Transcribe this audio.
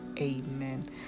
Amen